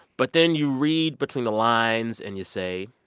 but then you read between the lines and you say,